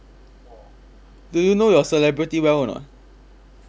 do you know your celebrity well or not